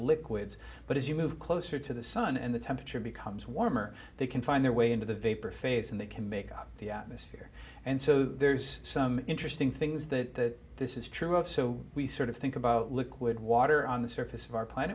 liquids but as you move closer to the sun and the temperature becomes warmer they can find their way into the vapor phase and they can make up the atmosphere and so there's some interesting things that this is true of so we sort of think about liquid water on the surface of our